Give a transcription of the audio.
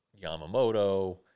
Yamamoto